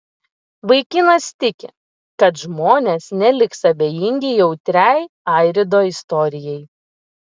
vaikinas tiki kad žmonės neliks abejingi jautriai airido istorijai